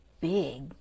big